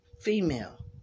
female